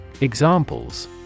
Examples